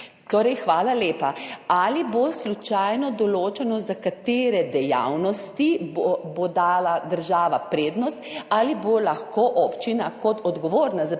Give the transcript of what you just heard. Hvala lepa. Ali bo slučajno določeno, za katere dejavnosti bo dala država prednost? Ali bo lahko občina kot odgovorna za primarno